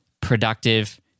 productive